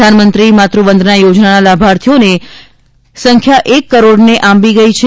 પ્રધાનમંત્રી માતૃવંદના યોજનાના લાભાર્થીઓને સંખ્યા એક કરોડને આંબી ગઈ છે